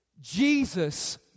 Jesus